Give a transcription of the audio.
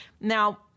Now